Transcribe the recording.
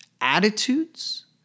attitudes